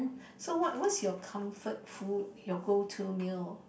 so what what's your comfort food your go to meal